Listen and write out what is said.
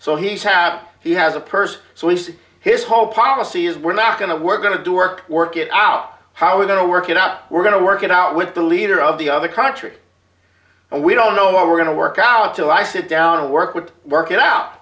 so he's have he has a person so he says his whole policy is we're not going to work going to do work work it out how we're going to work it out we're going to work it out with the leader of the other country and we don't know what we're going to work out till i sit down and work with work it out